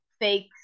fake